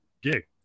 gig